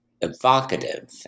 evocative